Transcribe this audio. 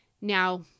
Now